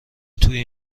توی